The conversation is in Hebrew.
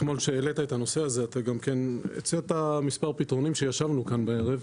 אתמול כשהעלית את הנושא הזה אתה גם הצעת מספר פתרונות כשישבנו כאן בערב.